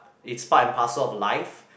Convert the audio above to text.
is part and parcel of life